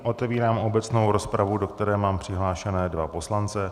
Otevírám obecnou rozpravu, do které mám přihlášené dva poslance.